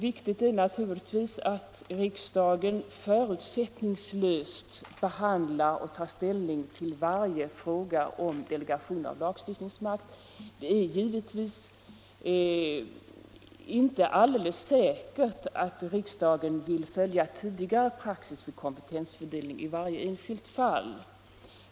Viktigt är naturligtvis att riksdagen förutsättningslöst behandlar och tar ställning till varje fråga om delegation av lagstiftningsmakt. Det är givetvis inte alldeles säkert att riksdagen vill följa tidigare praxis vid kompetensfördelning i varje enskilt fall.